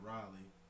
Raleigh